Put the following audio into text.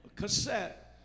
cassette